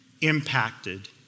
impacted